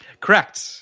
Correct